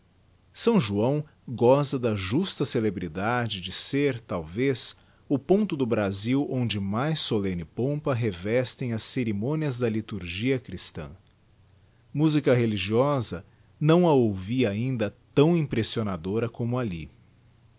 s joão goza da justa celebridade de ser talvez o ponto do brasil onde mais solemne pompa revestem as cerimonias da liturgia christã musica religiosa não a ouvi ainda tão impressionadora como alli